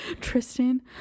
Tristan